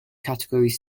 category